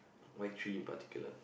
why three in particular